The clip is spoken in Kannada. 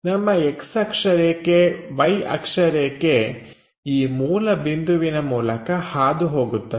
ನಮ್ಮ X ಅಕ್ಷರೇಖೆ Y ಅಕ್ಷರೇಖೆ ಈ ಮೂಲ ಬಿಂದುವಿನ ಮೂಲಕ ಹಾದು ಹೋಗುತ್ತದೆ